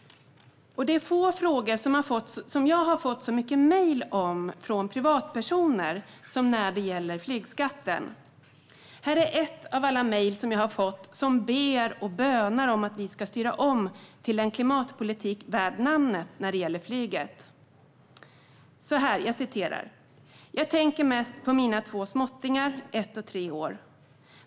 Det är få frågor jag har fått så många mejl om från privatpersoner som flygskatten. Här är ett av alla mejl som jag har fått, där man ber och bönar om att vi ska styra om till en klimatpolitik värd namnet när det gäller flyget: Jag tänker mest på mina två småttingar, ett och tre år.